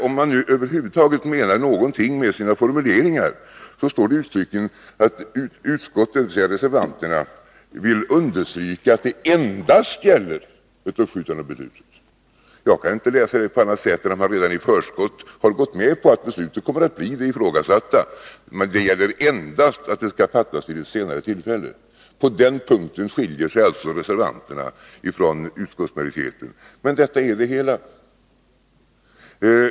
Om man nu över huvud taget menar någonting med sina formuleringar, framgår det uttryckligen att reservanterna vill understryka att det endast gäller ett uppskjutande av beslutet. Jag kan inte läsa det på annat sätt än att man redan i förskott gått med på att beslutet blir det ifrågasatta. Det gäller endast att det skall fattas vid ett senare tillfälle. På den punkten skiljer sig alltså reservanterna och utskottsmajoriteten, men detta är det hela.